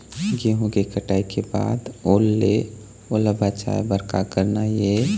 गेहूं के कटाई के बाद ओल ले ओला बचाए बर का करना ये?